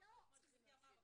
כמו ש --- לא,